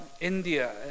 India